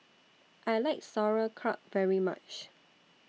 I like Sauerkraut very much